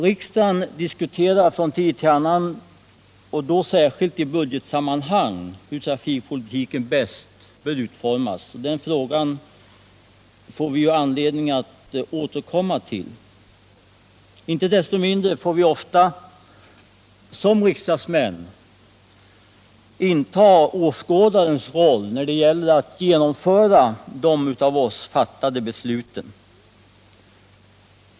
Riksdagen diskuterar från tid till annan, och då särskilt i budgetsammanhang, hur trafikpolitiken bäst bör utformas, och den frågan får vi anledning att återkomma till. Inte desto mindre får vi ofta som riksdagsmän inta åskådarens plats när det gäller att genomföra de av oss fattade besluten.